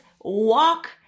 walk